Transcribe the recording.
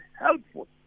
helpful